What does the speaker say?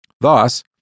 Thus